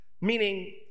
Meaning